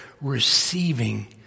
receiving